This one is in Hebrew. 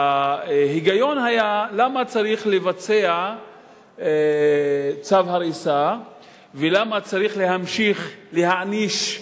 ההיגיון היה: למה צריך לבצע צו הריסה ולמה צריך להמשיך להעניש,